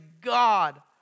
God